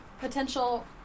potential